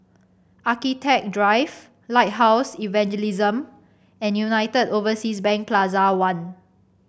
Architecture Drive Lighthouse Evangelism and United Overseas Bank Plaza One